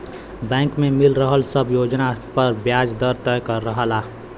bank में मिल रहल सब योजना पर ब्याज दर तय रहला